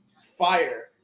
fire